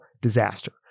disaster